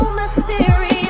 mysterious